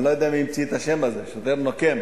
אני לא יודע מי המציא את השם הזה "שוטר נוקם",